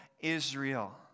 Israel